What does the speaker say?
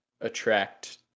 attract